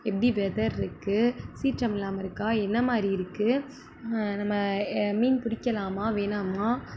எப்படி வெதர்ருக்கு சீற்றம் இல்லாமல் இருக்கா என்ன மாதிரி இருக்கு நம்ம மீன் பிடிக்கலாமா வேணாமா